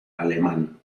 alemán